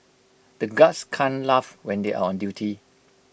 the guards can't laugh when they are on duty